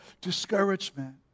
discouragement